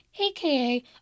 aka